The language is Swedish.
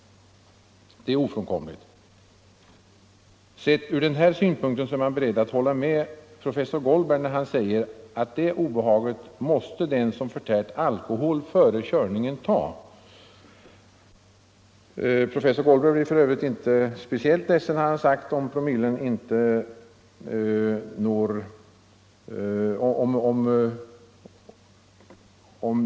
Utifrån den synpunkten är jag beredd att hålla med professor Goldberg när han säger, att det obehaget måste den som förtärt alkohol före körningen vara beredd att ta.